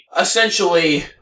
essentially